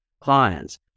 clients